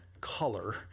color